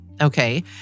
okay